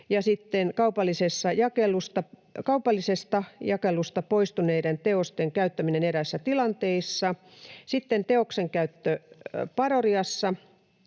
sitten kaupallisesta jakelusta poistuneiden teosten käyttämisestä eräissä tilanteissa, sitten on teoksen käyttö parodiassa,